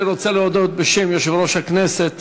אני רוצה להודות בשם יושב-ראש הכנסת